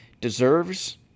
deserves